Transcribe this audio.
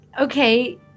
okay